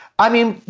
i mean,